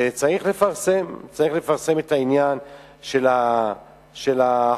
וצריך לפרסם את העניין של ההחלטה,